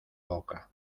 boca